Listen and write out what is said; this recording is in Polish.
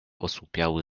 osłupiały